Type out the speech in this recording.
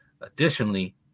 Additionally